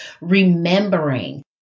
remembering